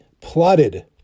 plotted